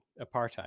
apartheid